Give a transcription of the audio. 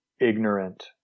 ignorant